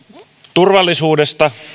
turvallisuudesta